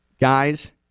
guys